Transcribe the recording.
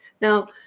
Now